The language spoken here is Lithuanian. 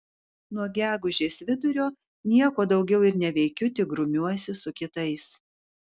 nuo gegužės vidurio nieko daugiau ir neveikiu tik grumiuosi su kitais